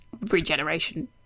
regeneration